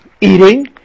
eating